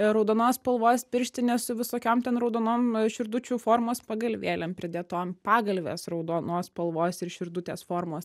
raudonos spalvos pirštinės su visokiom ten raudonom širdučių formos pagalvėlėm pridėtom pagalvės raudonos spalvos ir širdutės formos